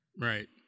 Right